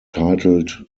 titled